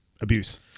Abuse